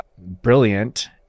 brilliant